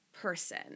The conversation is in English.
person